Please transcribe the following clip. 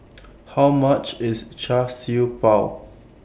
How much IS Char Siew Bao